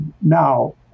Now